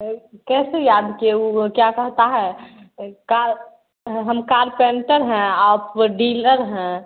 अए कैसे याद किए वह क्या कहता है का हम कालपेंटर हैं आप डीलर हैं